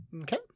Okay